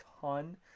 ton